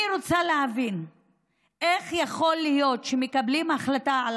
אני רוצה להבין איך יכול להיות שמקבלים החלטה על